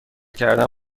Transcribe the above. کردن